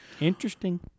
Interesting